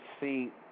see